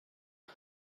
for